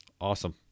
Awesome